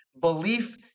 belief